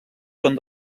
són